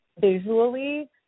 visually